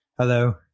Hello